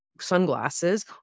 sunglasses